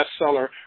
bestseller